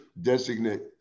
Designate